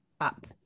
up